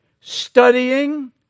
Studying